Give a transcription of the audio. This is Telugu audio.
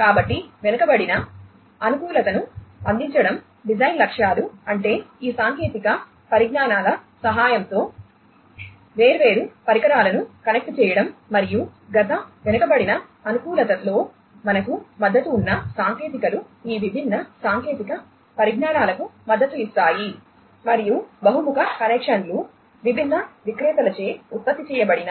కాబట్టి వెనుకబడిన అనుకూలతను అందించడం డిజైన్ లక్ష్యాలు అంటే ఈ సాంకేతిక పరిజ్ఞానాల సహాయంతో వేర్వేరు పరికరాలను కనెక్ట్ చేయడం మరియు గత వెనుకబడిన అనుకూలతలో మనకు మద్దతు ఉన్న సాంకేతికతలు ఈ విభిన్న సాంకేతిక పరిజ్ఞానాలకు మద్దతు ఇస్తాయి మరియు బహుముఖ కనెక్షన్లు విభిన్న విక్రేతలచే ఉత్పత్తి చేయబడిన